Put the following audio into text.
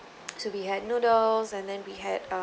so we had noodles and then we had um